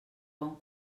bon